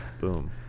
Boom